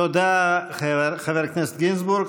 תודה, חבר הכנסת גינזבורג.